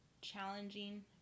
challenging